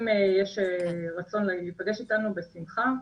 אם יש רצון להיפגש איתנו, בשמחה,